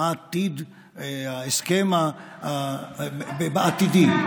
מה עתיד ההסכם העתידי,